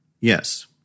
Yes